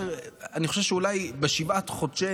אני חושב שאולי בשבעת חודשי